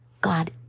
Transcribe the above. God